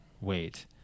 Wait